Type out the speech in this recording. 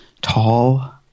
tall